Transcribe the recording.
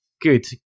Good